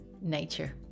nature